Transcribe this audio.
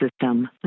system